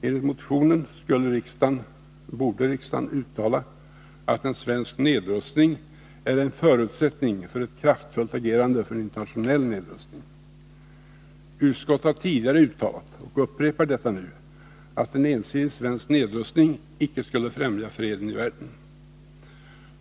Enligt motionen borde riksdagen uttala att en svensk nedrustning är en förutsättning för ett kraftfullt agerande för en internationell nedrustning. Utskottet har tidigare uttalat — och upprepar detta nu — att en ensidig svensk nedrustning icke skulle främja freden i världen.